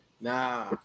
Nah